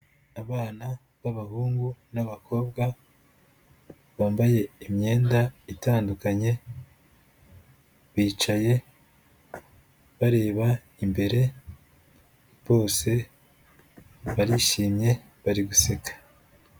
Abana b'abahungu n'abakobwa bambaye imyenda itandukanye, bicaye bareba imbere, bose barishimye bari guseka.